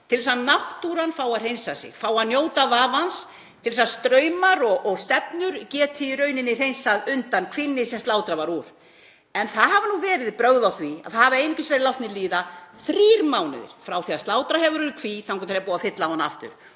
til þess að náttúran fái að hreinsa sig, fái að njóta vafans, til að straumar og stefnur geti í rauninni hreinsað undan kvínni sem slátrað var úr. En það hafa nú verið brögð að því að það hafi einungis verið látnir líða þrír mánuðir frá því að slátrað hefur verið úr kví þangað til er búið að fylla hana aftur.